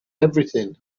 everything